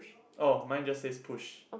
oh mine just says push